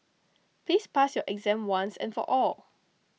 please pass your exam once and for all